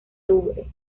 louvre